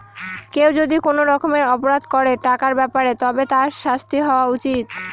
কেউ যদি কোনো রকমের অপরাধ করে টাকার ব্যাপারে তবে তার শাস্তি হওয়া উচিত